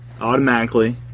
automatically